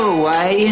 away